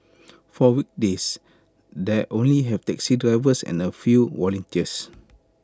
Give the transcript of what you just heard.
for weekdays they only have taxi drivers and A few volunteers